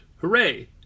hooray